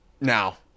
Now